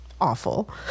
Awful